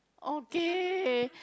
okay